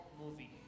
movie